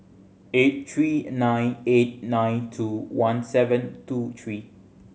eight three nine eight nine two one seven two three